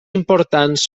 importants